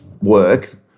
work